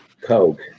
coke